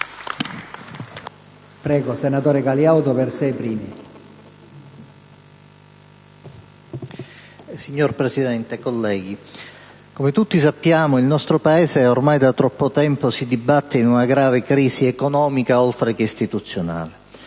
Signor Presidente, come tutti sappiamo, il nostro Paese, ormai da troppo tempo, si dibatte in una grave crisi economica, oltre che istituzionale.